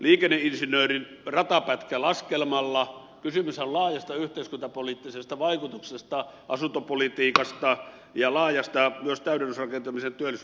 liikenneinsinöörin ratapätkälaskelmalla kysymyshän on laajasta yhteiskuntapoliittisesta vaikutuksesta asuntopolitiikasta ja myös laajasta täydentämisrakentamisen työllisyysvaikutuksesta